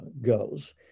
goes